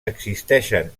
existeixen